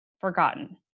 forgotten